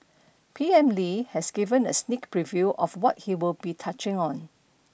P M Lee has given a sneak preview of what he will be touching on